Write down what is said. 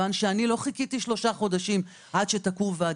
לא חיכיתי שלושה חודשים עד שתקום ועדה.